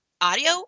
audio